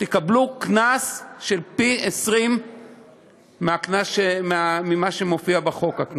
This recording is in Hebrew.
תקבלו קנס גבוה פי-20 מהקנס שמופיע בחוק.